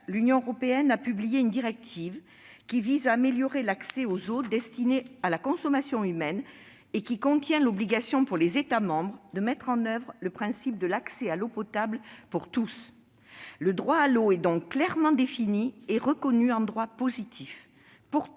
l'Union européenne a publié une directive qui vise « à améliorer l'accès aux eaux destinées à la consommation humaine » et qui prévoit l'obligation pour les États membres de mettre en oeuvre le principe de l'accès à l'eau potable pour tous. Le droit à l'eau est donc clairement défini et reconnu en droit positif.